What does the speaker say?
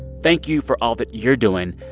thank you for all that you're doing.